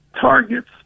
targets